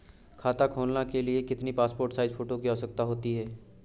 खाता खोलना के लिए कितनी पासपोर्ट साइज फोटो की आवश्यकता होती है?